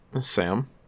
Sam